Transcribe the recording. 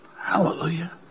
Hallelujah